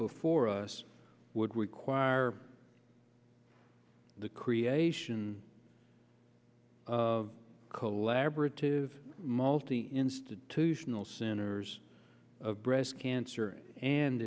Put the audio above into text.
before us would require the creation of colab or to multi institutional centers of breast cancer and